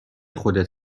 خودت